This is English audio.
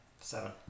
seven